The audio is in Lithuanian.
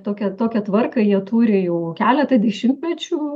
tokią tokią tvarką jie turi jau keletą dešimtmečių